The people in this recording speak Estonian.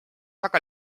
väga